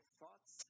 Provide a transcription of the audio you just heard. thoughts